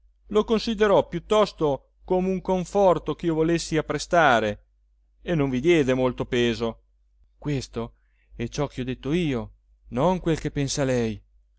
lo considerò piuttosto come un conforto ch'io volessi apprestare e non vi diede molto peso questo è ciò che ho detto io non quel che pensa lei